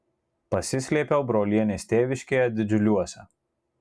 pasislėpiau brolienės tėviškėje didžiuliuose